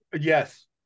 Yes